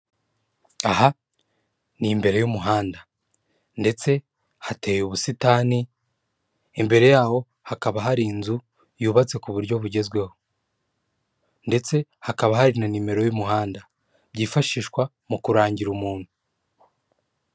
Aha ni imbere y'umuhanda ndetse hateye ubusitani, imbere yaho hakaba hari inzu yubatse ku buryo bugezweho ndetse hakaba hari na numero y'umuhanda byifashishwa mu kurangira umuntu.